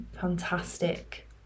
fantastic